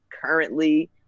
currently